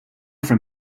from